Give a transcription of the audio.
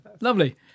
lovely